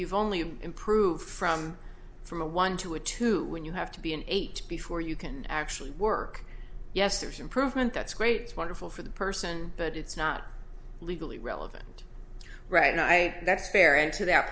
you've only improved from from a one to a two when you have to be an eight before you can actually work yes there's improvement that's great wonderful for the person but it's not legally relevant right now i that's fair and to that